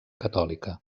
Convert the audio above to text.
catòlica